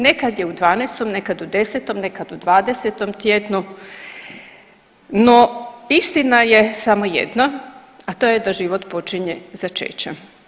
Nekad je u 12., nekad u 10., nekad u 20. tjednu, no istina je samo jedna, a to je da život počinje začećem.